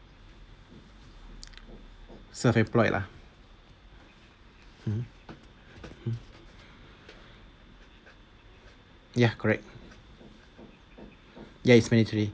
self employed lah mmhmm hmm ya correct ya it's mandatory